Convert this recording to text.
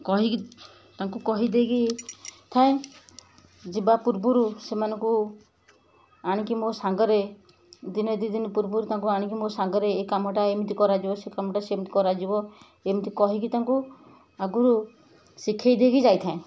କହିକି ତାଙ୍କୁ କହିଦେଇକି ଥାଏ ଯିବା ପୂର୍ବରୁ ସେମାନଙ୍କୁ ଆଣିକି ମୋ ସାଙ୍ଗରେ ଦିନେ ଦୁଇ ଦିନ ପୂର୍ବରୁ ତାଙ୍କୁ ଆଣିକି ମୋ ସାଙ୍ଗରେ ଏ କାମଟା ଏମିତି କରାଯିବ ସେ କାମଟା ସେମିତି କରାଯିବ ଏମିତି କହିକି ତାଙ୍କୁ ଆଗରୁ ଶିଖାଇ ଦେଇକି ଯାଇଥାଏ